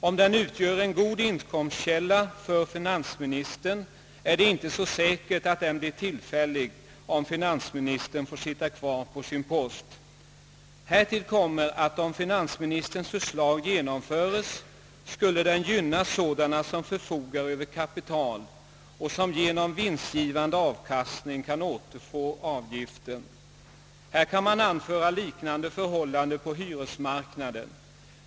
Om den utgör en god inkomstkälla för finansministern, är det inte så säkert att den blir tillfällig, om finansministern får sitta kvar på sin post. Härtill kommer att om finansministerns förslag genomföres, skulle det gynna sådana som förfogar över kapital och som genom vinstgivande avkastning återfår avgiften. Här kan man anföra liknande förhållanden på hyresmarknaden.